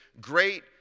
great